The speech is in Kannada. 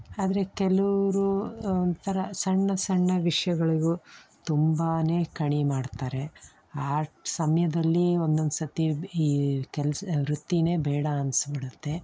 ಆದರೆ ಕೆಲವ್ರು ಒಂಥರ ಸಣ್ಣ ಸಣ್ಣ ವಿಷಯಗಳಿಗೂ ತುಂಬಾ ಕಣಿ ಮಾಡ್ತಾರೆ ಆ ಸಮಯದಲ್ಲಿ ಒಂದೊಂದು ಸರ್ತಿ ಈ ಕೆಲಸ ವೃತ್ತಿಯೇ ಬೇಡ ಅನ್ಸಿಬಿಡುತ್ತೆ